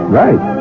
right